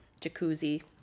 jacuzzi